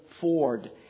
Ford